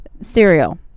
cereal